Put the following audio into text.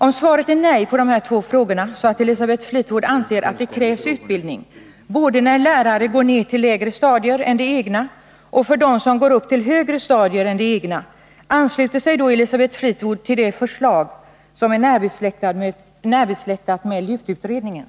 Om svaret är nej på de här två frågorna, vilket skulle innebära att Elisabeth Fleetwood anser att det krävs särskild utbildning både när lärare går ned till lägre skolstadier än det egna och när lärare går upp till högre skolstadier än det egna, ansluter sig Elisabeth Fleetwood då till det förslag som är närbesläktat med LUK-utredningen?